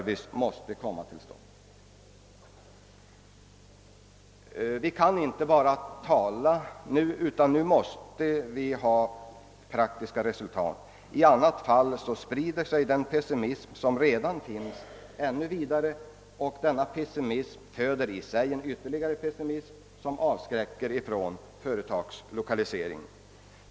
Vi kan inte fortsätta med att bara tala om dessa problem — nu måste vi ha praktiska resultat, i annat fall sprider sig den pessimism som redan finns och föder i sin tur ytterligare pessimism som avskräcker från företagslokalisering.